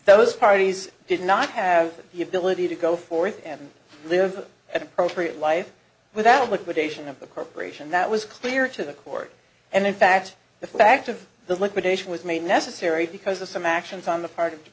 those parties did not have the ability to go forth and live at appropriate life without liquidation of the corporation that was clear to the court and in fact the fact of the liquidation was made necessary because of some actions on the part of the